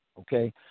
okay